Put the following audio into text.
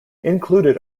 included